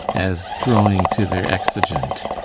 as drawing to their exigent.